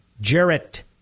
Jarrett